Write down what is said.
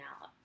out